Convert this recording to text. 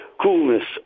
coolness